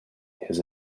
his